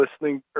listening